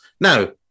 Now